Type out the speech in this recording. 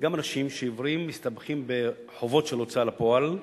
שגם אנשים שהם עיוורים מסתבכים בחובות של הוצאה לפועל.